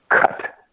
cut